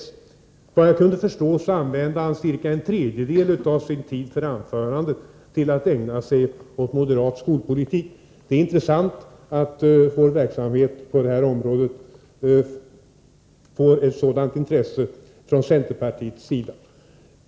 Efter vad jag kunde förstå använde han cirka en tredjedel av sin tid för anförandet till att ägna sig åt moderat skolpolitik. Det är intressant att vår verksamhet på det här området får en sådan uppmärksamhet från centerpartiets sida.